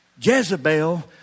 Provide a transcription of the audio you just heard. Jezebel